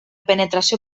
penetració